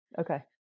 okay